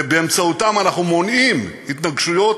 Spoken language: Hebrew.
ובאמצעותם אנחנו מונעים התנגשויות,